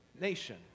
nation